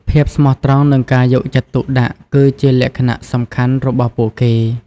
ភាពស្មោះត្រង់នឹងការយកចិត្តទុកដាក់ គឺជាលក្ខណៈសំខាន់របស់ពួកគេ។